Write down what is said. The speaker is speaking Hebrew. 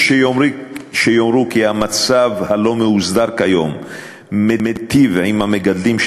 יש שיאמרו כי המצב הלא-מאוסדר כיום מיטיב עם המגדלים,